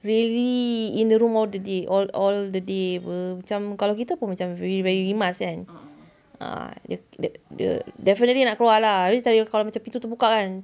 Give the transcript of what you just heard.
really in the room or the day all all the day apa macam kalau kita pun macam very very rimas kan ah the the the definitely nak keluar lah tapi macam kalau pintu terbuka kan